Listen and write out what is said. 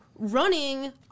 running